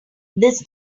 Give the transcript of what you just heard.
this